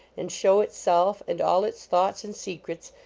and show itself and all its thoughts and secrets,